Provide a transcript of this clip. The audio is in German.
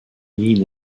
mine